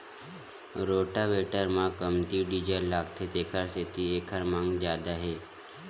rotavator म कमती diesel लागथे तेखर सेती एखर मांग जादा हे